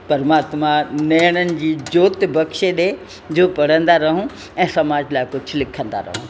परमात्मा नेणनि जी जोति बक्शे ॾे जो पढ़न्दा रहूं ऐं समाज लाइ कुझु लिखंदा रहूं